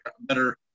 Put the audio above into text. better